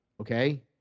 Okay